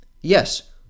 Yes